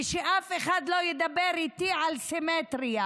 ושאף אחד לא ידבר איתי על סימטריה.